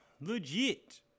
Legit